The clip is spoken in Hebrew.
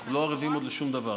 אנחנו לא ערבים עוד לשום דבר.